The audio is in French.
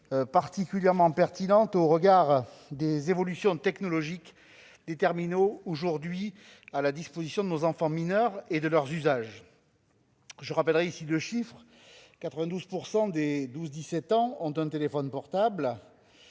particulièrement pertinente au regard des évolutions technologiques des terminaux qui sont aujourd'hui à la disposition de nos enfants mineurs et de leurs usages. Je rappellerai ici deux chiffres : 92 % des 12-17 ans ont un téléphone portable,